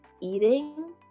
eating